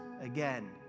again